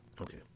Okay